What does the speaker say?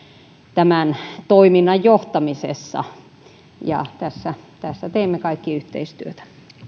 tämän toiminnan johtamisessa ja tässä teemme kaikki yhteistyötä